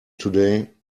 today